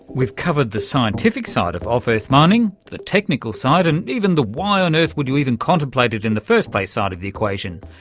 we've covered the scientific side of off-earth mining, the technical side and even the why on earth would you even contemplate it in the first place side of the equation,